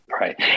Right